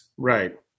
Right